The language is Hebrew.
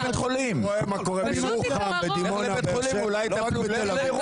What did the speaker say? לך לבית חולים, אולי יטפלו בזה.